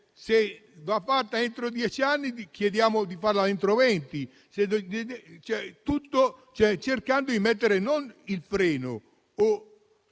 cosa va fatta entro dieci anni, chiediamo di farla entro venti, cercando di mettere non il freno o